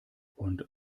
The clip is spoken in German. und